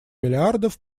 миллиардов